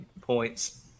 points